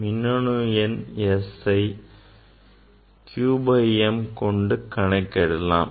மின்னணு எண் S ஐ q by m கொண்டு கணக்கிடலாம்